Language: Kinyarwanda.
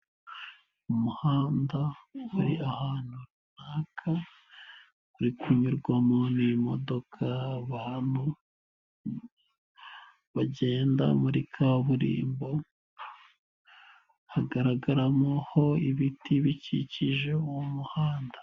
Umuhanda uri ahantu runaka uri kunyurwamo n'imodoka abantu bagenda muri kaburimbo hagaragaramo ho ibiti bikikije uwo muhanda.